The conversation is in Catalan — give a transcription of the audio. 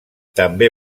també